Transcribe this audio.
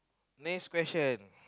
next question